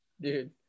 Dude